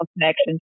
connection